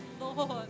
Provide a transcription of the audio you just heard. Lord